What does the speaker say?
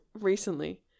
recently